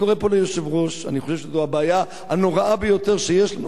אני קורא פה ליושב-ראש: אני חושב שזאת הבעיה הנוראה ביותר שיש.